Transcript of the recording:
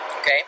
Okay